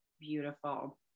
beautiful